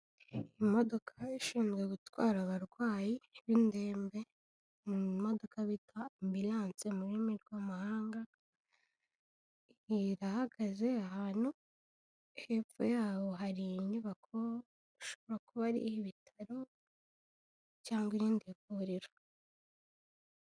Imodoka ishinzwe gutwara abarwayi b'indembe, ni modoka bita Ambulance mu rurimi rw'amahanga, irahagaze ahantu, hepfo yaho hari inyubako ishobora kuba ari iy'ibitaro cyangwa irindi vuriro.